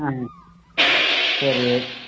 ஆ சரி